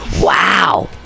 wow